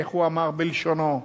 איך הוא אמר בלשונו,